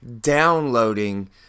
downloading